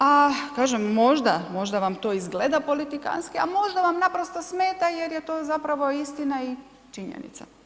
A kažem možda, možda vam to izgleda to politikantski, a možda vam naprosto smeta jer je to zapravo istina i činjenica.